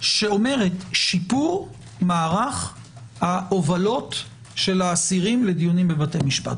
שאומרת: שיפור מערך ההובלות של האסירים לדיונים בבתי המשפט.